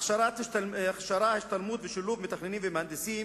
הכשרה, השתלמות ושילוב מתכננים ומהנדסים.